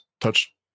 touch